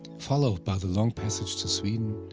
followed by the long passage to sweden,